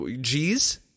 G's